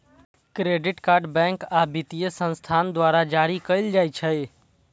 credit card bank आ वित्तीय संस्थान द्वारा जारी कैल जाइ छै